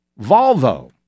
Volvo